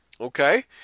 okay